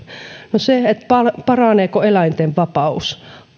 no paraneeko eläinten vapaus